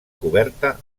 coberta